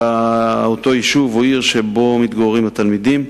באותו יישוב או עיר שבהם מתגוררים הילדים,